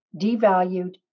devalued